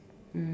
mm